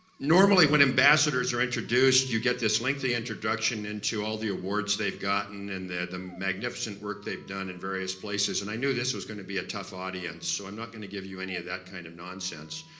normally when ambassadors are introduced, you get this lengthy introduction into all the awards they've gotten and the magnificent work they've done in various places. and i knew this was going to be a tough audience, so i'm not going to give you any of that kind of nonsense.